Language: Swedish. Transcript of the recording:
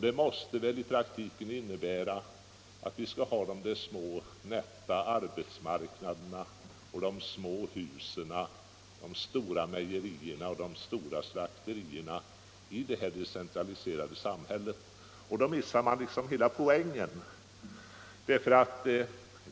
Det måste väl i praktiken innebära att vi i detta decentraliserade samhälle skall ha de där små och nätta arbetsmarknaderna, de små husen och de stora mejerierna och slakterierna. Och då menar jag att centerpartiet missar hela poängen.